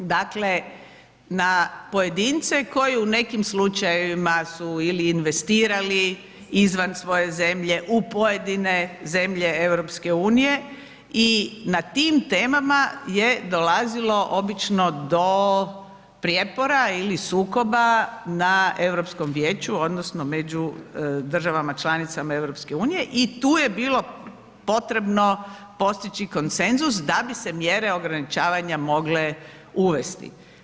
Dakle na pojedince koji u nekim slučajevima su ili investirali izvan svoje zemlje u pojedine zemlje Europske unije i na tim temama je dolazilo obično do prijepora ili sukoba na Europskom vijeću odnosno među državama članicama Europske unije i tu je bilo potrebno postići konsenzus da bi se mjere ograničavanja mogle uvesti.